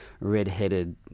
red-headed